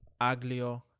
Aglio